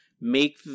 Make